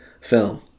film